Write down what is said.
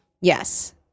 Yes